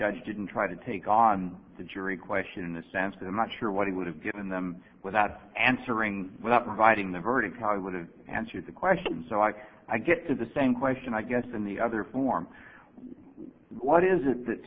judge didn't try to take on the jury question in the sense that i'm not sure what he would have given them without answering providing the verdict how you want to answer the question so i i get to the same question i guess in the other form what is it that